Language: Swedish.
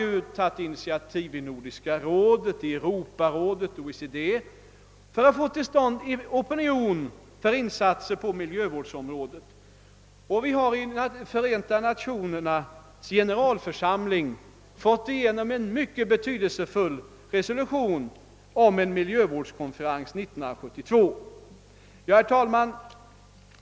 Vi har tagit initiativ i Nordiska rådet, Europarådet och OECD för att skapa en opinion för insatser på miljövårdsområdet. Dessutom har vi i Förenta Nationernas generalförsamling fått igenom en mycket betydelsefull resolution om en miljövårdskonferens 1972. Herr talman!